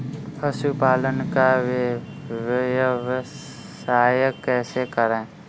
पशुपालन का व्यवसाय कैसे करें?